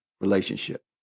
relationship